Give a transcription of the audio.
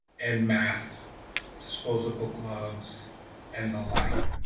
and mass disposable gloves and the like.